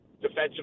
defensive